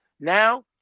Now